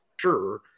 sure